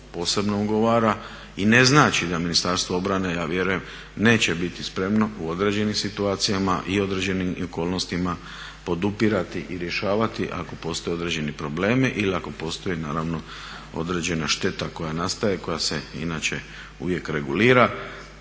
posebno ugovara i ne znači da Ministarstvo obrane ja vjerujem neće biti spremno u određenim situacijama i određenim okolnostima podupirati i rješavati ako postoje određeni problemi ili ako postoji naravno određena šteta koja nastaje, koja se inače uvijek regulira.